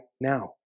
now